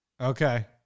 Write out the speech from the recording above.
Okay